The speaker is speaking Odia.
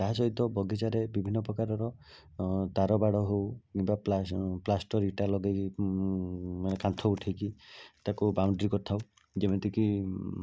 ତା ସହିତ ବଗିଚାରେ ବିଭିନ୍ନ ପ୍ରକାରର ତାର ବାଡ଼ ହେଉ କିମ୍ବା ପ୍ଲାଶ୍ ପ୍ଳାଷ୍ଟର ଇଟା ଲଗାଇକି ମାନେ କାନ୍ଥ ଉଠାଇକି ତାକୁ ବାଉଣ୍ଡ୍ରି କରିଥାଉ ଯେମିତିକି